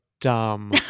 dumb